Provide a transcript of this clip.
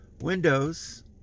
Windows